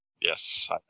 Yes